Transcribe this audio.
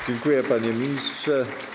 Dziękuję, panie ministrze.